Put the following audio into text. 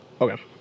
Okay